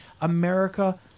America